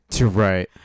right